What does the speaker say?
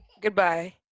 goodbye